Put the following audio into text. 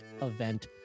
event